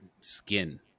skin